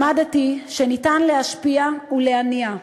למדתי שניתן להשפיע ולהניע,